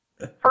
First